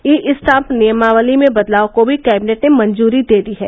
ई stamp नियमावली में बदलाव को भी कैबिनेट ने मंजरी दे दी है